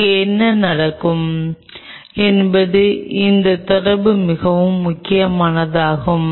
இங்கே என்ன நடக்கும் என்பது இந்த தொடர்பு மிகவும் முக்கியமானதாகும்